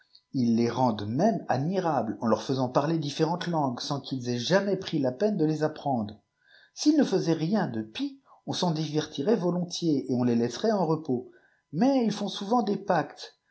ils les rendent mêino admirables en leur faiintder dilréirentelang sans qu'iu aient jamais pris la peine deieg pr preiidre s'iûb ne foisaient rieurde pis on s'en divertirait volpôtif ei on les laisiait en repos mais il font souvent des pactes